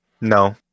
No